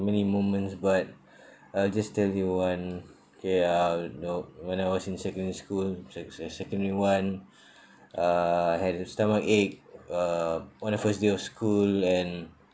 many moments but I'll just tell you one okay uh you know when I was in secondary school sec~ sec~ secondary one uh I had a stomach ache uh on the first day of school and